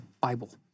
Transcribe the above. Bible